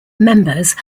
members